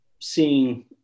seeing